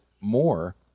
more